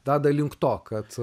veda link to kad